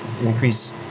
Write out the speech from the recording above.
increase